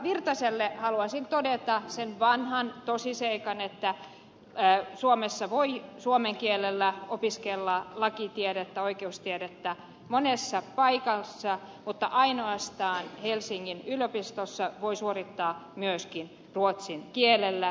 virtaselle haluaisin todeta sen vanhan tosiseikan että suomessa voi suomen kielellä opiskella lakia oikeustiedettä monessa paikassa mutta ainoastaan helsingin yliopistossa voi suorittaa tutkinnon myöskin ruotsin kielellä